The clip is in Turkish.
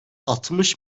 altmış